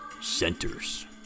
centers